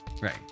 Right